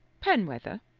penwether,